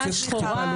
החינוך.